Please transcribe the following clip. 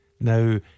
Now